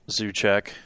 Zuchek